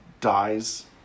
dies